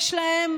יש להם